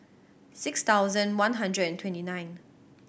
six thousand one hundred and twenty nine